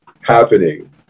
happening